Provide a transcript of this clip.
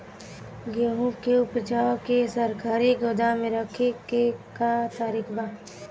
गेहूँ के ऊपज के सरकारी गोदाम मे रखे के का तरीका बा?